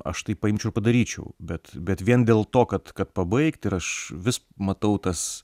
aš tai paimčiau ir padaryčiau bet bet vien dėl to kad kad pabaigt ir aš vis matau tas